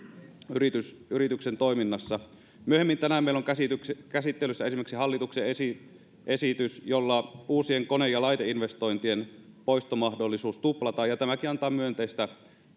yrityksen toiminnassa myöhemmin tänään meillä on käsittelyssä esimerkiksi hallituksen esitys jolla uusien kone ja laiteinvestointien poistomahdollisuus tuplataan ja tämäkin antaa myönteistä